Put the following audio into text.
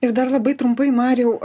ir dar labai trumpai mariau